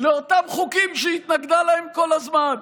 של אותם חוקים שהיא התנגדה להם כל הזמן.